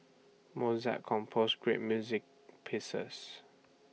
Mozart composed great music pieces